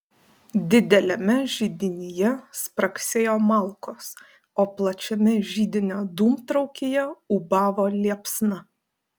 dideliame židinyje spragsėjo malkos o plačiame židinio dūmtraukyje ūbavo liepsna